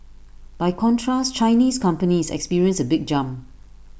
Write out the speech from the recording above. by contrast Chinese companies experienced A big jump